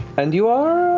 and you are?